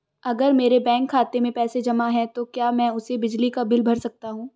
अगर मेरे बैंक खाते में पैसे जमा है तो क्या मैं उसे बिजली का बिल भर सकता हूं?